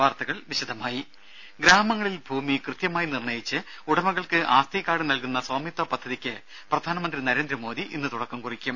വാർത്തകൾ വിശദമായി ഗ്രാമങ്ങളിൽ ഭൂമി കൃത്യമായി നിർണയിച്ച് ഉടമകൾക്ക് ആസ്തി കാർഡ് നൽകുന്ന സ്വാമിത്വ പദ്ധതിയ്ക്ക് പ്രധാനമന്ത്രി നരേന്ദ്രമോദി ഇന്ന് തുടക്കം കുറിക്കും